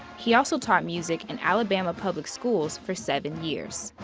he also taught music in alabama public schools for seven years.